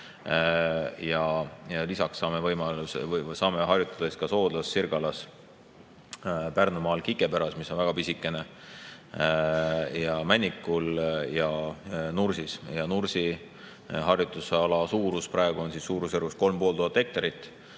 ja lisaks saame harjutada Soodlas, Sirgalas, Pärnumaal Kikepäras, mis on väga pisikene, Männikul ja Nursis. Nursi harjutusala suurus praegu on suurusjärgus 3500 hektarit.